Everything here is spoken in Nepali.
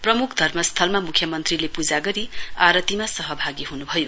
प्रमुख धर्मस्थलमा मुख्यमन्त्रीले पूजा गरी आरतीमा सहभागी हुनुभयो